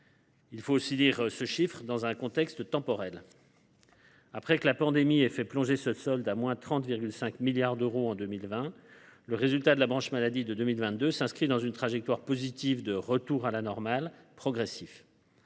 Il faut aussi lire ce chiffre dans un contexte temporel. Après que la pandémie a fait plonger ce solde à 30,5 milliards d’euros en 2020, le résultat de la branche maladie de 2022 s’inscrit dans une trajectoire positive de retour progressif